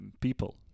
people